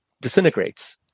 disintegrates